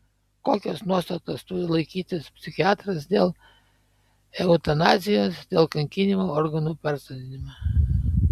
kokios nuostatos turi laikytis psichiatras dėl eutanazijos dėl kankinimo organų persodinimo